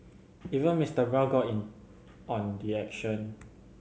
even Mister Brown got in on the action